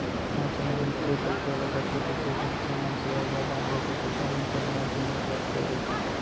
मनसे मन के पइसा ल कतको बित्तीय संस्था मन सेयर या बांड लेके पइसा मन के नवा जुन्नी करते रइथे